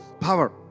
Power